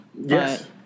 Yes